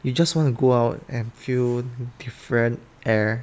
you just want to go out and feel different air